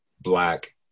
black